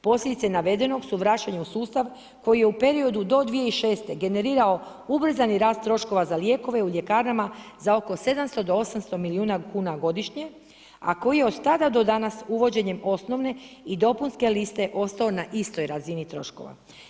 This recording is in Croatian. Posljedice navedenog su vraćanje u sustav koji je u periodu do 2006. generirao ubrzani rast troškova za lijekove u ljekarnama za oko 700 do 800 milijuna kuna godišnje, a koji je od tada do danas uvođenjem osnovne i dopunske liste ostao na istoj razini troškova.